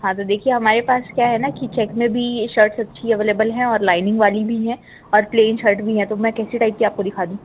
हाँ तो देखिए हमारे पास क्या है ना कि चेक में भी शर्ट अच्छी अवेलबल हैं और लाइनिंग वाली भी हैं और प्लेन शर्ट भी हैं तो मैं कैसी टाइप की आपको दिखा दूँ